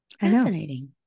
Fascinating